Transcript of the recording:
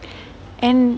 and